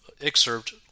excerpt